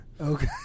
Okay